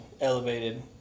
elevated